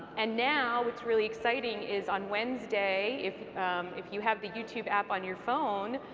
and now, what's really exciting is on wednesday if if you have the youtube app on your phone,